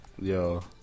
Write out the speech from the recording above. Yo